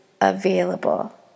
available